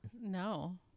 No